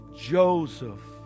Joseph